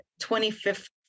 25th